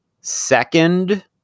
second